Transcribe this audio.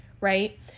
right